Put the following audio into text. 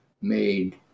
made